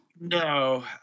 No